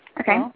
Okay